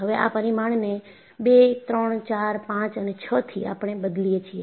હવે આ પરિમાણને 2 3 4 5 અને 6 થી આપણે બદલીએ છીએ